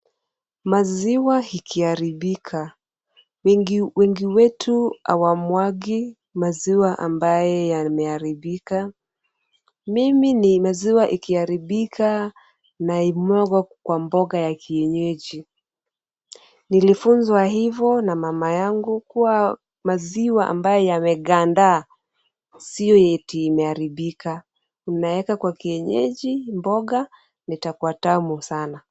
Maziwa ikiharibika, wengi wetu hawamwagi maziwa ambaye yameharibika. Mimi ni maziwa ikiharibika naimwaga kwa mboga ya kienyeji. Nilifunzwa hivyo na mama yangu kuwa maziwa ambaye yameganda sio eti imeharibika. Unaweka kwa kienyeji mboga na itakuwa tamu sana.